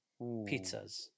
pizzas